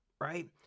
right